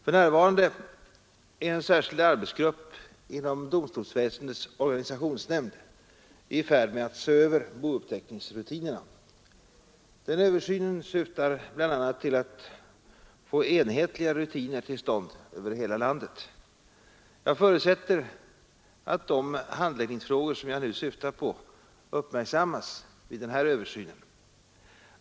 För närvarande är en särskild arbetsgrupp inom domstolsväsendets organisationsnämnd i färd med att se över bouppteckningsrutinerna. Översynen syftar bl.a. till att få till stånd enhetliga rutiner över hela landet. Jag förutsätter att de handläggningsfrågor jag nu syftar på uppmärksammas vid denna översyn.